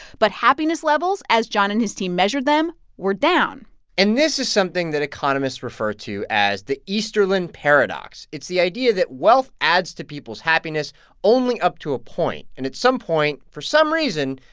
but happiness levels, as john and his team measured them, were down and this is something that economists refer to as the easterlin paradox. it's the idea that wealth adds to people's happiness only up to a point. and at some point, for some reason,